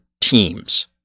teams